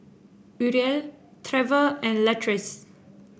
Uriel Trever and Latrice